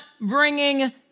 bringing